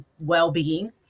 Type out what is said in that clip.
well-being